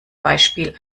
beispiel